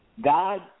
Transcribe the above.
God